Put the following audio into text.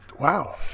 Wow